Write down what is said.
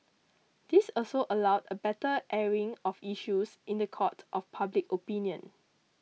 this also allowed a better airing of issues in the court of public opinion